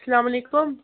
السلامُ علیکُم